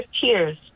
tears